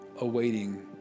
awaiting